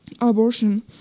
Abortion